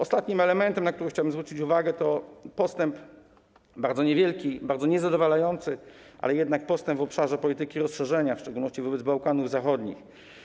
Ostatnim elementem, na który chciałbym zwrócić uwagę, to bardzo niewielki, bardzo niezadawalający postęp, ale jednak postęp, w obszarze polityki rozszerzenia, w szczególności wobec Bałkanów Zachodnich.